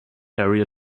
area